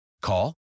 Call